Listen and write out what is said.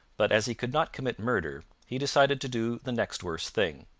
but as he could not commit murder he decided to do the next worst thing,